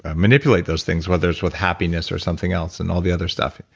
ah manipulate those things whether it's with happiness or something else, and all the other stuff.